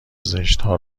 زشتها